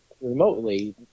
remotely